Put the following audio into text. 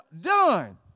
done